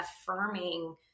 affirming